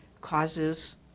causes